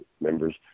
members